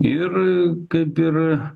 ir kaip ir